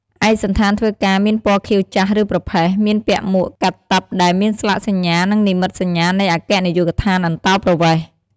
ឯកសណ្ឋានធ្វើការមានពណ៌ខៀវចាស់ ឬប្រផេះ មានពាក់មួកកាតិបដែលមានស្លាកសញ្ញានិងនិមិត្តសញ្ញានៃអគ្គនាយកដ្ឋានអន្តោប្រវេសន៍។